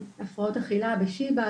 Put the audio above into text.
הפרעות אכילה בשיבא,